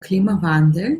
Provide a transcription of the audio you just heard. klimawandel